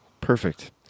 Perfect